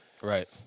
right